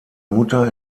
mutter